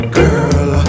girl